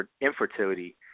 infertility